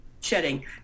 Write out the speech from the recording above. Shedding